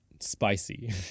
spicy